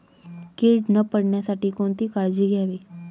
कीड न पडण्यासाठी कोणती काळजी घ्यावी?